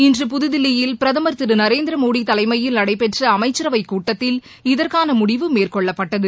இன்று புதுதில்லியில் பிரதம் திரு நரேந்திரமோடி தலைமயில் நடைபெற்ற அமைச்சரவைக் கூட்டத்தில் இதற்கான முடிவு மேற்கொள்ளப்பட்டது